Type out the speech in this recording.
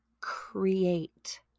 create